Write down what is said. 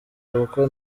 kuko